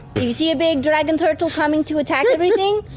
you see a big dragon turtle coming to attack everything,